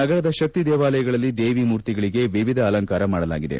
ನಗರದ ಶಕ್ತಿ ದೇವಾಲಯಗಳಲ್ಲಿ ದೇವಿ ಮೂರ್ತಿಗಳಿಗೆ ವಿವಿಧ ಅಲಂಕಾರ ಮಾಡಲಾಗಿದೆ